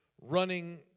running